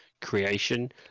creation